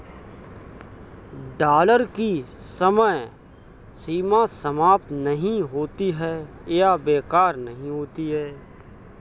dollar की समय सीमा समाप्त नहीं होती है या बेकार नहीं होती है